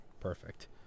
Perfect